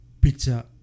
picture